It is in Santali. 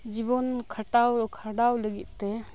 ᱡᱤᱵᱚᱱ ᱠᱷᱟᱴᱟᱣ ᱠᱷᱟᱸᱰᱟᱣ ᱞᱟᱹᱜᱤᱫ ᱛᱮ